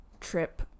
trip